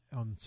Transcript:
on